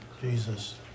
Jesus